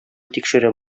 тикшереп